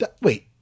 Wait